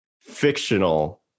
fictional